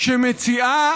שמציעה